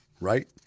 right